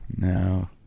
no